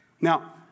Now